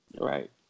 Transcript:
Right